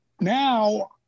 now